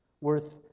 worth